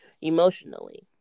emotionally